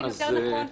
לכן נכון יותר,